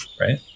right